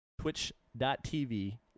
twitch.tv